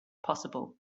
possible